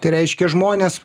tai reiškia žmonės